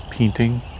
Painting